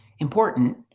important